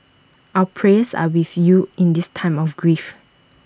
our prayers are with you in this time of grief